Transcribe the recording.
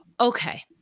Okay